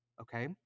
okay